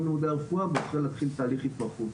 לימודי הרפואה בוחר להתחיל תהליך התמחות.